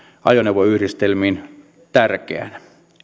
ajoneuvoyhdistelmiin tärkeänä